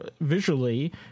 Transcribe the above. visually